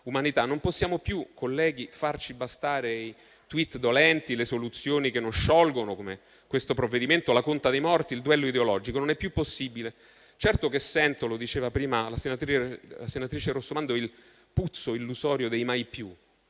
Non possiamo più, colleghi, farci bastare i *tweet* dolenti, le soluzioni che non sciolgono, come questo provvedimento, la conta dei morti, il duello ideologico. Non è più possibile. Certo che sento - lo diceva prima la senatrice Rossomando - il puzzo illusorio dei mai più: